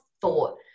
thought